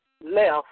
left